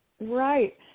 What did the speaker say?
right